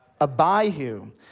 Abihu